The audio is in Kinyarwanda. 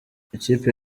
ikipe